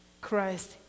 Christ